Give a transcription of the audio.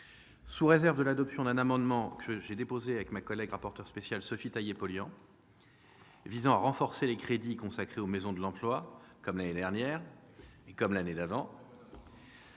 Sous réserve de l'adoption d'un amendement, que j'ai déposé avec ma collègue rapporteure spéciale Sophie Taillé-Polian et qui vise à renforcer les crédits consacrés aux maisons de l'emploi- comme l'année dernière et comme l'année précédente